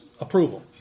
approval